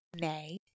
Nay